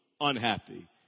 unhappy